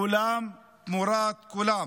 כולם תמורת כולם.